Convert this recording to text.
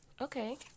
Okay